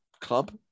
club